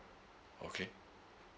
okay